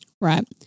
Right